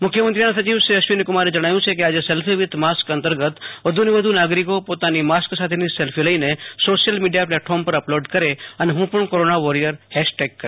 મુખ્યમંત્રીના સચિવ અશ્વિનીકુમારે આ અંગે માહિતી આપતા જણાવ્યુ કે આજે સેલ્ફી વિથ માસ્ક અંતર્ગત વધુને નાગરિકો પોતાની માસ્ક સાથેની સેલ્ફી લઈને સોશિયલ મીડિયા પ્લેટફોર્મ ઉપર અપલોડ કરે અને હું પણ કોરોના વોરિયર હેશટેગ કરે